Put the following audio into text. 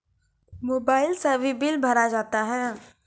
Mobile से भी bill भरा जाता हैं?